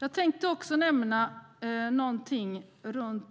Jag tänkte också nämna något om